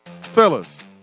Fellas